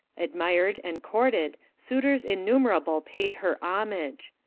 admired and courted, suitors innumerable paid her homage.